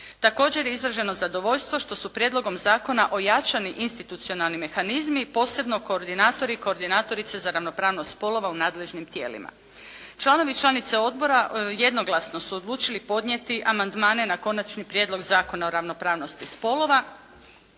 Također je izraženo zadovoljstvo što su prijedlogom zakona ojačani institucionalni mehanizmi posebno koordinatori i koordinatorice za ravnopravnost spolova u nadležnim tijelima. Članovi i članice odbora jednoglasno su odlučili podnijeti amandmane na Konačni prijedlog zakona o ravnopravnosti spolova.